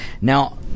Now